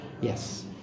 yes